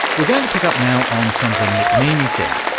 we're going to pick up now on something nick meaney said.